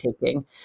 taking